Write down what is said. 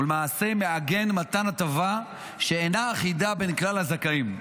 ולמעשה מעגן מתן הטבה שאינה אחידה בין כלל הזכאים,